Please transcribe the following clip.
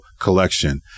Collection